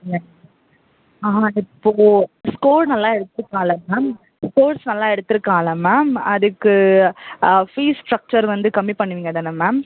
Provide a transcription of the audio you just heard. ஆ ma'am இப்போது score நல்லா எடுத்திருக்கான் இல்லைங்க மேம் ஸ்கோர்ஸ் நல்லா எடுத்திருக்கான்ல மேம் அதுக்கு ஃபீஸ் ஸ்ட்ரக்ச்சர் வந்து கம்மி பண்ணுவீங்க தானே மேம்